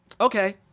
okay